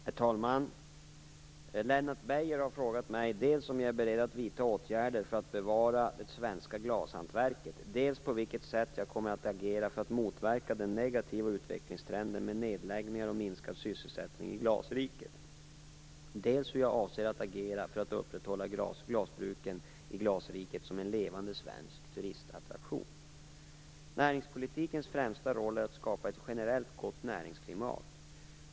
Herr talman! Lennart Beijer har frågat mig dels om jag är beredd att vidta åtgärder för att bevara det svenska glashantverket, dels på vilket sätt jag kommer att agera för att motverka den negativa utvecklingstrenden med nedläggningar och minskad sysselsättning i glasriket, dels hur jag avser att agera för att upprätthålla glasbruken i glasriket som en levande svensk turistattraktion. Näringspolitikens främsta roll är att skapa ett generellt gott näringsklimat.